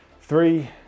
three